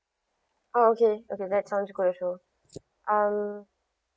oh okay okay that sounds good also um